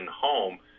home